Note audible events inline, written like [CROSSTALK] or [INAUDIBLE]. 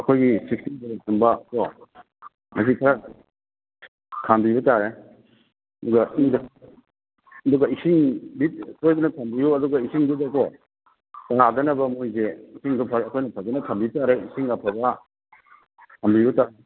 ꯑꯩꯈꯣꯏꯒꯤ ꯁꯤꯛꯁꯇꯤꯟ ꯕꯂꯞ ꯀꯨꯝꯕꯀꯣ ꯃꯁꯤ ꯈꯔ ꯊꯥꯟꯕꯤꯕ ꯇꯥꯔꯦ ꯑꯗꯨꯒ [UNINTELLIGIBLE] ꯑꯗꯨꯒ ꯏꯁꯤꯡꯗꯤ ꯇꯣꯏꯅ ꯊꯝꯕꯤꯌꯨ ꯑꯗꯨꯒ ꯏꯁꯤꯡꯗꯨꯗꯀꯣ ꯇꯥꯗꯅꯕ ꯃꯣꯏꯁꯦ ꯏꯁꯤꯡꯗꯨ ꯑꯩꯈꯣꯏꯅ ꯐꯖꯅ ꯊꯝꯕꯤꯕ ꯇꯥꯔꯦ ꯏꯁꯤꯡ ꯑꯐꯕ ꯊꯝꯕꯤꯕ ꯇꯥꯔꯦ